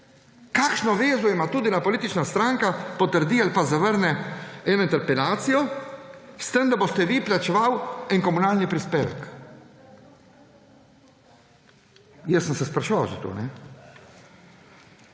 Kakšno zvezo ima to, da ena politična stranka potrdi ali zavrne eno interpelacijo s tem, da boste vi plačevali en komunalni prispevek? Jaz sem se spraševal o tem.